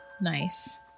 Nice